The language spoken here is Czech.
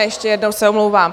Ještě jednou se omlouvám.